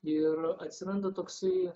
ir atsiranda toksai